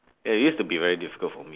ya it used to be very difficult for me